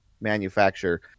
manufacture